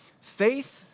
Faith